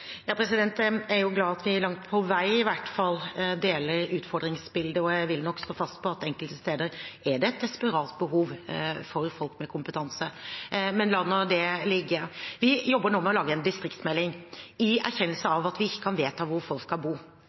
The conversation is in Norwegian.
Jeg er glad for at vi, langt på vei i hvert fall, deler utfordringsbildet, og jeg vil nok stå fast på at enkelte steder er det et desperat behov for folk med kompetanse. Men la nå det ligge. Vi jobber nå med å lage en distriktsmelding – i erkjennelsen av at vi ikke kan vedta hvor folk skal bo,